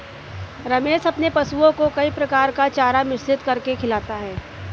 रमेश अपने पशुओं को कई प्रकार का चारा मिश्रित करके खिलाता है